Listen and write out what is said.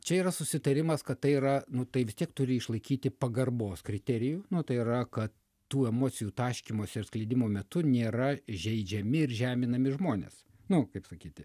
čia yra susitarimas kad tai yra nu tai vis tiek turi išlaikyti pagarbos kriterijų nu tai yra kad tų emocijų taškymosi ir skleidimo metu nėra žeidžiami ir žeminami žmonės nu kaip sakyti